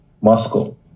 Moscow